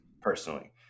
personally